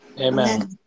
Amen